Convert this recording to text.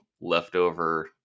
leftover